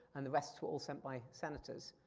and the rest were all sent by senators.